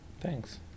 Thanks